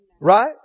Right